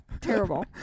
Terrible